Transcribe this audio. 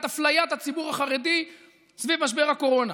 אפליית הציבור החרדי סביב משבר הקורונה.